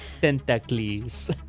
Tentacles